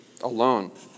alone